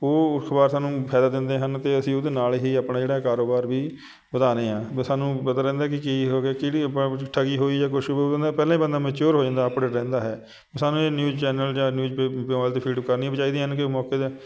ਉਹ ਅਖਬਾਰ ਸਾਨੂੰ ਫਾਇਦਾ ਦਿੰਦੇ ਹਨ ਅਤੇ ਅਸੀਂ ਉਹਦੇ ਨਾਲ ਹੀ ਆਪਣਾ ਜਿਹੜਾ ਕਾਰੋਬਾਰ ਵੀ ਵਧਾ ਰਹੇ ਹਾਂ ਬ ਸਾਨੂੰ ਪਤਾ ਰਹਿੰਦਾ ਕਿ ਕੀ ਹੋ ਗਿਆ ਕਿਹੜੀ ਆਪਾਂ ਠੱਗੀ ਹੋਈ ਜਾਂ ਕੁਛ ਵੀ ਉਹਦੇ ਨਾਲ ਪਹਿਲਾਂ ਹੀ ਬੰਦਾ ਮੈਚਿਓਰ ਹੋ ਜਾਂਦਾ ਅਪਡੇਟ ਰਹਿੰਦਾ ਹੈ ਸਾਨੂੰ ਇਹ ਨਿਊਜ਼ ਚੈਨਲ ਜਾਂ ਨਿਊਜ਼ ਪੇਪ ਮੋਬਾਇਲ 'ਤੇ ਫੀਡ ਕਰਨੀਆਂ ਵੀ ਚਾਹੀਦੀਆਂ ਹਨ ਕਿ ਉਹ ਮੌਕੇ 'ਤੇ